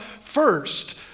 first